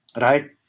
right